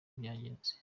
byagenze